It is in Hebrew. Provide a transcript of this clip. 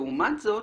לעומת זאת,